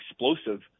explosive